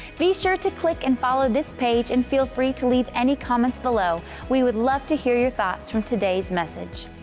be sure to click and follow this page and feel free to leave any comments below. we would love to hear your thoughts from today's message.